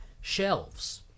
shelves